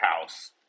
house